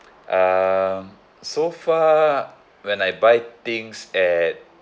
um so far when I buy things at